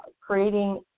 Creating